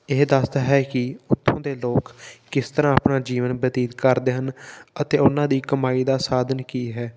ਇਹ ਦੱਸਦਾ ਹੈ ਕਿ ਉੱਥੋਂ ਦੇ ਲੋਕ ਕਿਸ ਤਰ੍ਹਾਂ ਆਪਣਾ ਜੀਵਨ ਬਤੀਤ ਕਰਦੇ ਹਨ ਅਤੇ ਉਹਨਾਂ ਦੀ ਕਮਾਈ ਦਾ ਸਾਧਨ ਕੀ ਹੈ